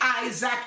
Isaac